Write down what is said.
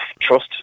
trust